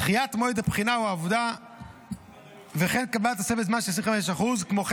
דחיית מועד הבחינה או העבודה וכן קבלת תוספת זמן של 25%. כמו כן,